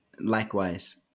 Likewise